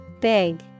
Big